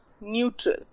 neutral